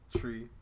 tree